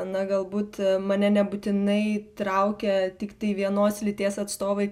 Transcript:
na galbūt mane nebūtinai traukia tiktai vienos lyties atstovai